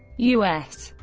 u s.